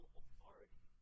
authority